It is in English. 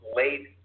late